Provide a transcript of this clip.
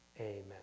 Amen